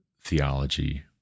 theology